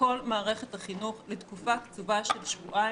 כל מערכת החינוך לתקופה קצובה של שבועיים,